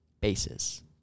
basis